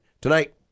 tonight